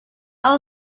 all